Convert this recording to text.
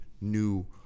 new